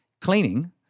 cleaning